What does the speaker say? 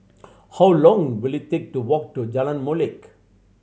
how long will it take to walk to Jalan Molek